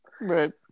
Right